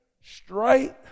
straight